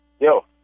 Yo